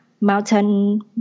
mountain